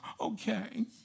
okay